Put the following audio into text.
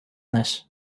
this